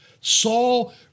Saul